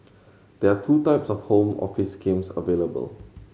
there are two types of Home Office schemes available